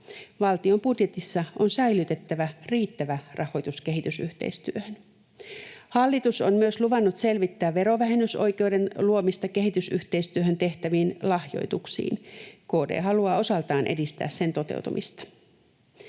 Valtion budjetissa on säilytettävä riittävä rahoitus kehitysyhteistyöhön. Hallitus on myös luvannut selvittää verovähennysoikeuden luomista kehitysyhteistyöhön tehtäviin lahjoituksiin. KD haluaa osaltaan edistää sen toteutumista.